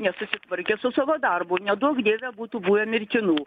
nesusitvarkė su savo darbu neduok dieve būtų buvę mirtinų